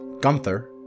Gunther